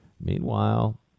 meanwhile